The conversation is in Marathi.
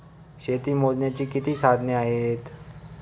शेती मोजण्याची किती साधने आहेत?